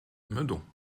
meudon